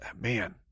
Man